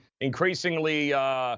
increasingly –